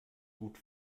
gut